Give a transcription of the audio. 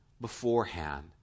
beforehand